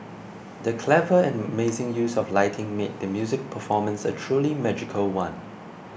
the clever and mazing use of lighting made the musical performance a truly magical one